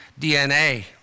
DNA